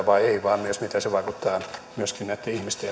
vai ei vaan myös sitä miten se vaikuttaa myöskin näitten ihmisten